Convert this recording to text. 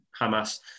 Hamas